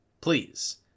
Please